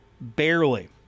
barely